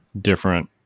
different